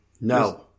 No